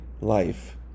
life